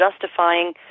justifying